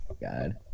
God